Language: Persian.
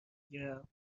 گیرم